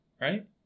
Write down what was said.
right